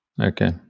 Okay